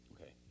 Okay